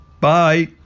Bye